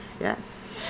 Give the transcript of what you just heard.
Yes